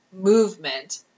movement